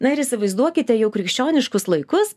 na ir įsivaizduokite jau krikščioniškus laikus